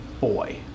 boy